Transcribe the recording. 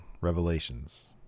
Revelations